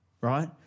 right